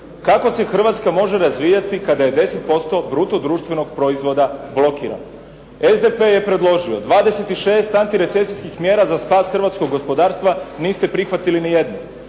Kako se Hrvatska može razvijati kada je 10% BDP-a blokirano? SDP je predložio 26 antirecesijskih mjera za spas hrvatskog gospodarstva, niste prihvatili ni jednu.